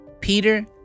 Peter